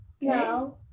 No